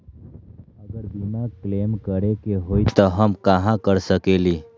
अगर बीमा क्लेम करे के होई त हम कहा कर सकेली?